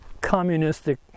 communistic